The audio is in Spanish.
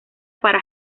para